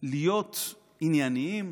להיות ענייניים